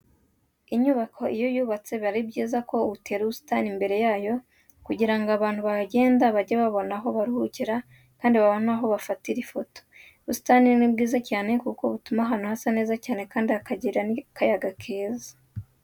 Inyubako iyo uyubatse biba ari byiza ko uyitera ubusitani imbere yayo kugira ngo abantu bahagenda bajye babona aho baruhukira kandi banabone aho bafatira ifoto. Ubusitani ni bwiza cyane kuko butuma ahantu hasa neza cyane kandi hakagira n'akayaga keza.